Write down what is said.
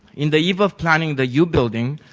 in the eve of planning the u building,